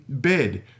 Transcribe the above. bid